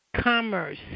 commerce